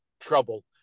trouble